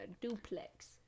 duplex